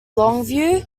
longview